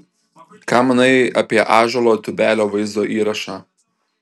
ką manai apie ąžuolo tubelio vaizdo įrašą